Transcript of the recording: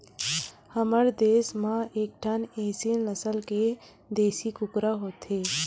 हमर देस म एकठन एसील नसल के देसी कुकरा होथे